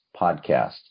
podcast